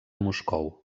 moscou